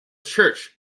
church